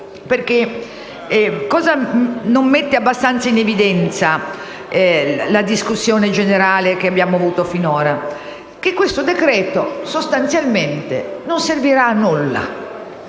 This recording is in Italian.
serio. Cosa non mette abbastanza in evidenza la discussione generale svoltasi finora? Che questo decreto-legge, sostanzialmente, non servirà a nulla.